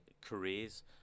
careers